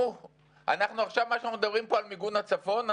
תשמעו, אנחנו עכשיו מדברים פה על מיגון הצפון.